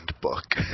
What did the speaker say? book